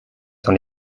sans